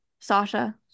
Sasha